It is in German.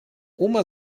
oma